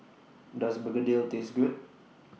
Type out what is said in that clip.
Does Begedil Taste Good